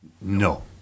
No